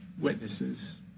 witnesses